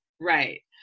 Right